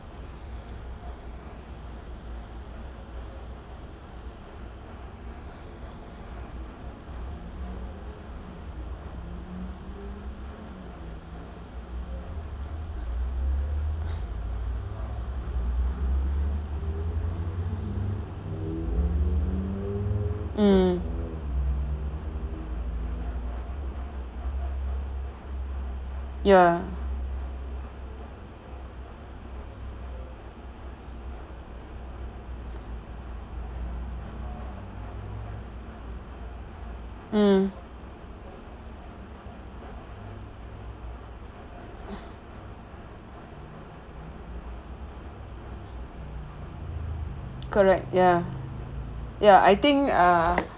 mm ya mm correct ya ya I think ah